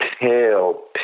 pale